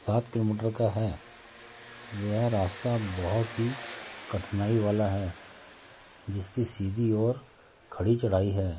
सात किलोमीटर का है यह रास्ता बहुत ही कठिनाई वाला है जिसकी सीधी ओर खड़ी चढ़ाई है